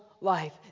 life